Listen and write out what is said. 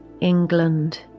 England